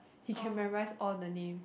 he can memorise all the name